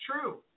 true